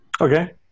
Okay